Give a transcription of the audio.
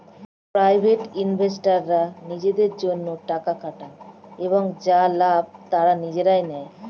private ইনভেস্টররা নিজেদের জন্যে টাকা খাটান এবং যার লাভ তারা নিজেরাই নেন